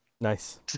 Nice